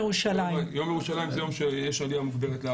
כי היהודים לא יזרקו אבן, אז שם לאכוף את החוק.